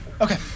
Okay